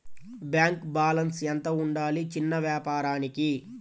Bank balance ఎంత ఉండాలి చిన్న వ్యాపారానికి?